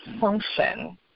function